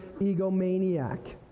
egomaniac